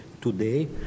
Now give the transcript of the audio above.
today